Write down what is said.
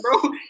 bro